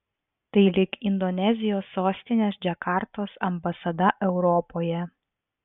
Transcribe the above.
tai lyg indonezijos sostinės džakartos ambasada europoje